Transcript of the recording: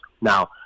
Now